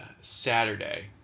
Saturday